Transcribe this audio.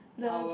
the